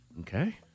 okay